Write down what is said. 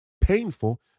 painful